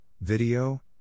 video